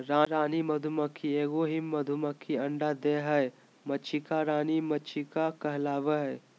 रानी मधुमक्खी एगो ही मधुमक्खी अंडे देहइ उहइ मक्षिका रानी मक्षिका कहलाबैय हइ